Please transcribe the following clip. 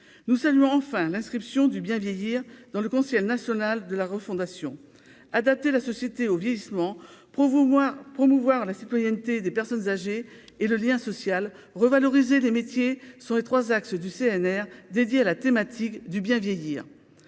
nous saluons enfin l'inscription du bien vieillir dans le conseiller national de la refondation adapter la société au vieillissement promouvoir promouvoir la citoyenneté des personnes âgées et le lien social, revaloriser des métiers sont les 3 axes du CNR dédié à la thématique du bien vieillir